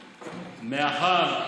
חקיקה.